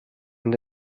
und